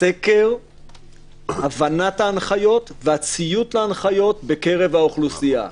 סקר - הבנת ההנחיות והציות להנחיות בקרב האוכלוסייה.